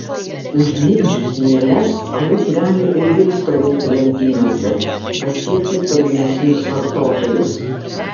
užmigdžius mieles alus gali ilgiau stovėti lentynose pasiekti tolimesnius vartotojus